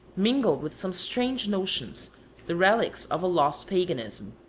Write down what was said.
mingled with some strange notions the relics of a lost paganism.